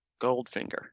Goldfinger